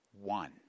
one